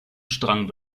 strang